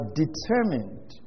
determined